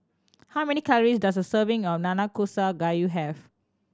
how many calories does a serving of Nanakusa Gayu have